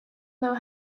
know